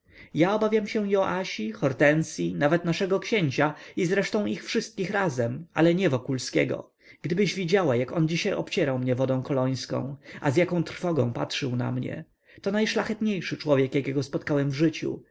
ja obawiam się joasi hortensyi nawet naszego księcia i zresztą ich wszystkich razem ale nie wokulskiego gdybyś widziała jak on dziś obcierał mnie wodą kolońską a z jaką trwogą patrzył na mnie to najszlachetniejszy człowiek jakiego spotkałem w życiu